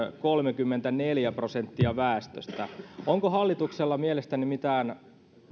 kolmekymmentäneljä prosenttia väestöstä onko hallituksella mielestänne mitään